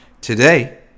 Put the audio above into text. today